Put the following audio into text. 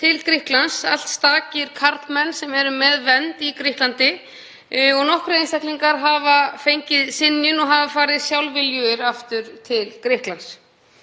flutnings þangað, allt stakir karlmenn sem eru með vernd í Grikklandi og nokkrir einstaklingar hafa fengið synjun og hafa farið sjálfviljugir aftur til Grikklands.